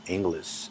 English